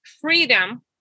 freedom